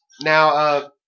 Now